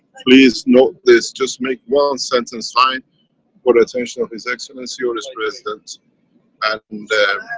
please note this. just make one sentence line for the attention of his excellency or is president and there,